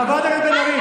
חברת הכנסת בן ארי.